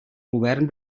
govern